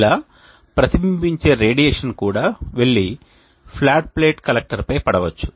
ఇలా ప్రతిబింబించే రేడియేషన్ కూడా వెళ్లి ఫ్లాట్ ప్లేట్ కలెక్టర్పై పడవచ్చు